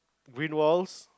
green walls